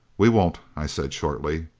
we won't! i said shortly.